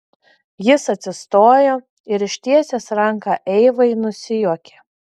jis atsistojo ir ištiesęs ranką eivai nusijuokė